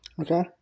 Okay